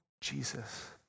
Jesus